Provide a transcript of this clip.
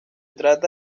trata